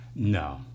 No